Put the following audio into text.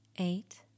Eight